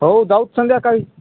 हो जाऊ तर संध्याकाळी